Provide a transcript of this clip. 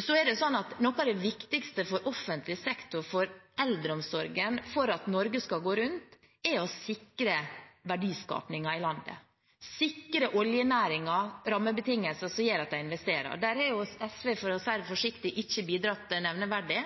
Så er det sånn at noe av det viktigste for offentlig sektor, for eldreomsorgen, for at Norge skal gå rundt, er å sikre verdiskapingen i landet ved å sikre oljenæringen rammebetingelser som gjør at de investerer. Der har SV, for å si det forsiktig, ikke bidratt nevneverdig.